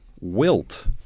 Wilt